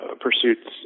pursuits